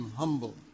humble